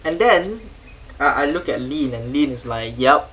and then I I look at lynn and lynn is like yup